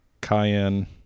Cayenne